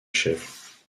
chèvres